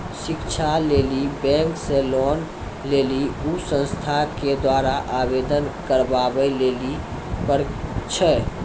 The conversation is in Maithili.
शिक्षा लेली बैंक से लोन लेली उ संस्थान के द्वारा आवेदन करबाबै लेली पर छै?